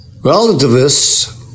Relativists